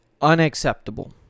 unacceptable